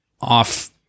off